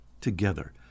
together